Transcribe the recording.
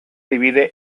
divide